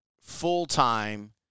full-time